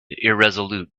irresolute